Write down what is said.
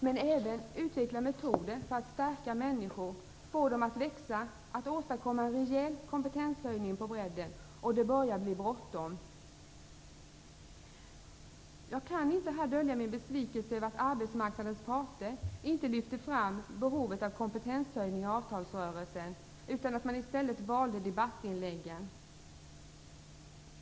Men vi måste även utveckla metoder för att stärka människor, få dem att växa, åstadkomma en rejäl kompetenshöjning på bredden, och det börjar bli bråttom. Jag kan inte här dölja min besvikelse över att arbetsmarknadens parter inte lyfte fram behovet av kompetenshöjning i avtalsrörelsen, utan att man i stället valde debattinläggen.